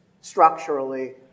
structurally